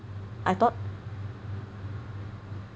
I thought